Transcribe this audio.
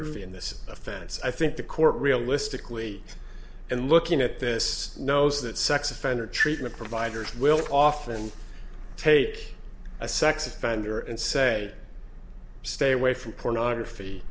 pornography in this offense i think the court realistically and looking at this knows that sex offender treatment providers will often take a sex offender and say stay away from pornography